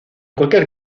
cualquier